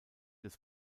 des